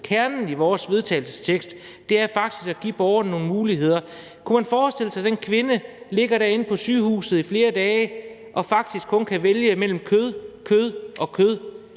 kernen i vores vedtagelsestekst; det er faktisk at give borgerne nogle muligheder. Kunne man forestille sig, at den kvinde ligger derinde på sygehuset i flere dage og faktisk kun kan vælge mellem kød, kød og kød?